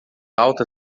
alta